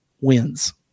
wins